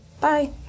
Bye